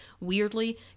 weirdly